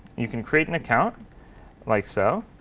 you can create an account like so.